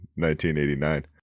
1989